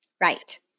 Right